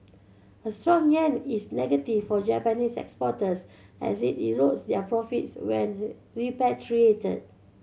a strong yen is negative for Japanese exporters as it erodes their profits when repatriated